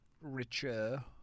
richer